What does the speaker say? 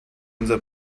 unser